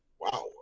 wow